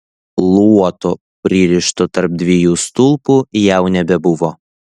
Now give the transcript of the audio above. luoto pririšto tarp dviejų stulpų jau nebebuvo